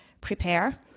PREPARE